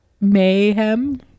mayhem